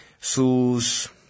Sus